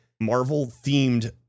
Marvel-themed